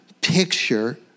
picture